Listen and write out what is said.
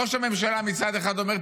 ראש הממשלה מצד אחד אומר,